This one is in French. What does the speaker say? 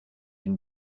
une